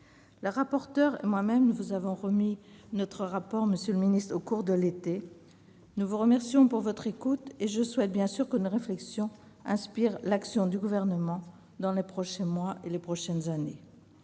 Les rapporteures et moi-même vous avons remis notre rapport au cours de l'été, monsieur le secrétaire d'État. Nous vous remercions de votre écoute, et je souhaite bien sûr que nos réflexions inspirent l'action du Gouvernement dans les prochains mois et les prochaines années.